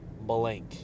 blank